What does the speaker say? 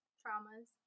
traumas